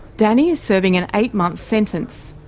danny is serving an eight-month sentence.